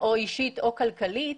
אישית או כלכלית,